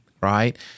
right